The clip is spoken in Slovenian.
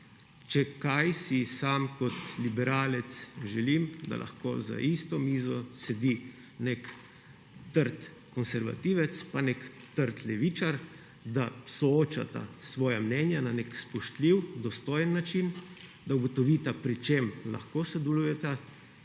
Če kaj, si sam kot liberalec želim, da lahko za isto mizo sedi nek trd konservativec pa nek trd levičar, da soočata svoja mnenja na nek spoštljiv, dostojen način, da ugotovita, pri čem lahko sodelujeta